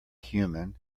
human